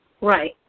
Right